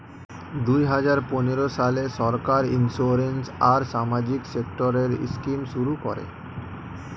দুই হাজার পনেরো সালে সরকার ইন্সিওরেন্স আর সামাজিক সেক্টরের স্কিম শুরু করে